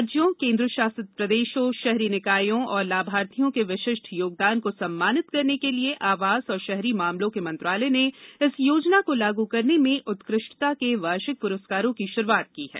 राज्यों केन्द्र शासित प्रदेशों शहरी निकायों और लाभार्थियों के विशिष्ट् योगदान को सम्मानित करने के लिए आवास और शहरी मामलों के मंत्रालय ने इस योजना को लागू करने में उत्कृष्टता के वार्षिक पुरस्कारों की शुरूआत की है